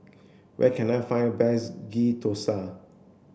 where can I find a best Ghee Thosai